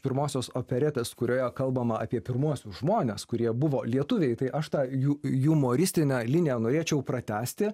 pirmosios operetės kurioje kalbama apie pirmuosius žmones kurie buvo lietuviai tai aš tą jų jumoristinę liniją norėčiau pratęsti